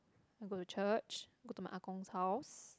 I go to church go to my ah gong's house